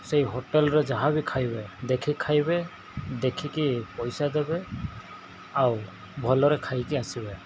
ସେଇ ହୋଟେଲ୍ରେ ଯାହା ବିି ଖାଇବେ ଦେଖି ଖାଇବେ ଦେଖିକି ପଇସା ଦେବେ ଆଉ ଭଲରେ ଖାଇକି ଆସିବେ